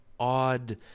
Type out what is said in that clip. odd